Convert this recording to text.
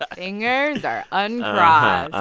ah fingers are uncrossed